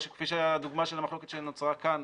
זה משהו שאנחנו לא כל כך רוצים